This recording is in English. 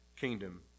kingdom